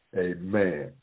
amen